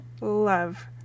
love